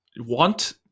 want